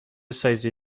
سایزی